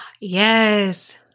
Yes